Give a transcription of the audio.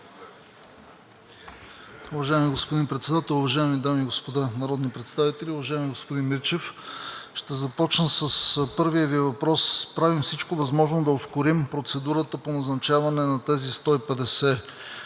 Уважаеми господин Председател, уважаеми дами и господа народни представители! Уважаеми господин Мирчев, ще започна с първия Ви въпрос. Правим всичко възможно да ускорим процедурата по назначаване на тези 150 щатни